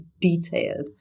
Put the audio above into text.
detailed